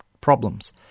problems